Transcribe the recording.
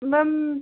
ma'am